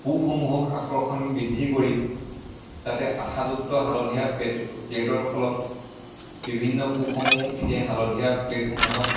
পোকসমূহক আকৰ্ষণ বৃদ্ধি কৰি তাতে আঠাযুক্ত হালধীয়া পেট প্লেটৰ ফলত বিভিন্ন পোকসমূহ সেই হালধীয়া প্লেটসমূহত